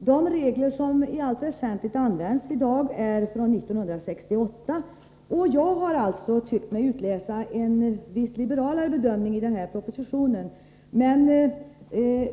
Herr talman! De regler som i allt väsentligt används i dag är från 1968. Jag har i propositionen tyckt mig utläsa en viss liberalare bedömning. Men